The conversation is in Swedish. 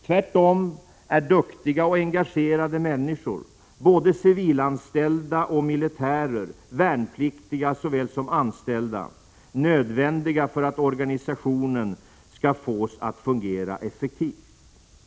Tvärtom är duktiga och engagerade människor, både civilanställda och militärer, värnpliktiga såväl som anställda, nödvändiga för att organisationen skall fås att fungera effektivt. Den uppmärksamhet som Prot.